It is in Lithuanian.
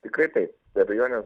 tikrai taip be abejonės